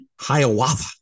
Hiawatha